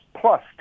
plus